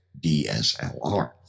DSLR